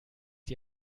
die